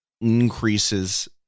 increases